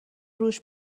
رووش